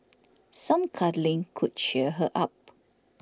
some cuddling could cheer her up